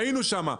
היינו שם,